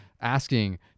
asking